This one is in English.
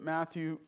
Matthew